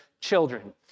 children